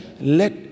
Let